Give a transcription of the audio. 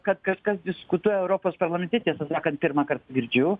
kad kažkas diskutuoja europos parlamente tiesą sakant pirmąkart girdžiu